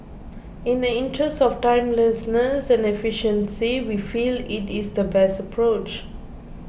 in the interest of timeliness and efficiency we feel it is the best approach